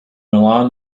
milan